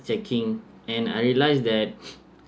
checking and I realize that